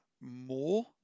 more